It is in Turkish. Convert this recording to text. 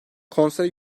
konsere